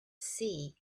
see